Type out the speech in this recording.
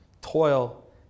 Toil